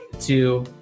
two